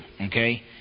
Okay